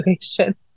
Situation